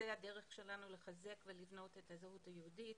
זו הדרך שלנו לחזק ולבנות את הזהות היהודית.